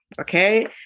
okay